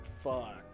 fuck